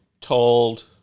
told